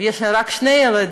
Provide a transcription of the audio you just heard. ויש לי רק שני ילדים,